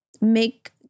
make